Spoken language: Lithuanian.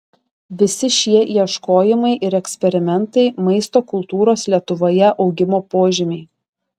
visi šie ieškojimai ir eksperimentai maisto kultūros lietuvoje augimo požymiai